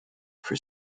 for